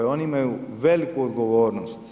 Oni imaju veliku odgovornosti.